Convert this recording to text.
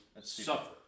suffer